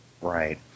right